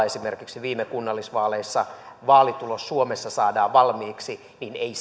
esimerkiksi viime kunnallisvaaleissa vaalitulos suomessa saatiin valmiiksi niin ei